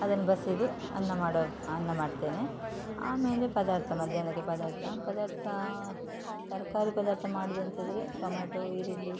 ಅದನ್ನು ಬಸಿದು ಅನ್ನ ಮಾಡೊ ಅನ್ನ ಮಾಡ್ತೇನೆ ಆಮೇಲೆ ಪದಾರ್ಥ ಮಧ್ಯಾಹ್ನಕ್ಕೆ ಪದಾರ್ಥ ಪದಾರ್ಥ ತರಕಾರಿ ಪದಾರ್ಥ ಮಾಡುದಂತಿದ್ದರೆ ಟೊಮೆಟೋ ಈರುಳ್ಳಿ